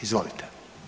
Izvolite.